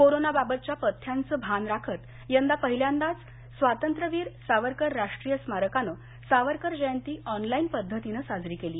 corona बाबतच्या पथ्यांचं भान राखत यंदा पहिल्यांदाच स्वातंत्र्यवीर सावरकर राष्ट्रीय स्मारकानं सावरकर जयंती ऑनलाईन पद्धतीनं साजरी केली